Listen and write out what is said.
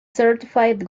certified